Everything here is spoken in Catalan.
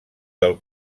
del